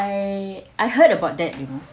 I I heard about that you know